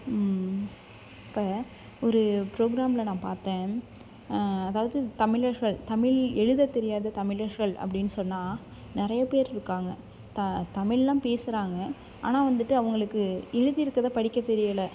இப்போ ஒரு ப்ரோக்ராமில் நான் பார்த்தேன் அதாவது தமிழர்கள் தமிழ் எழுதத் தெரியாத தமிழர்கள் அப்படின்னு சொன்னால் நிறைய பேர் இருக்காங்க தமிழ்லாம் பேசுகிறாங்க ஆனால் வந்துட்டு அவங்களுக்கு எழுதிருக்கறத படிக்க தெரியலை